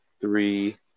three